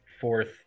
fourth